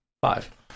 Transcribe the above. five